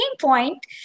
point